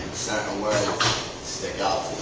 words stick out